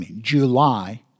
July